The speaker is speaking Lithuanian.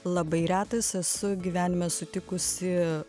labai retais esu gyvenime sutikusi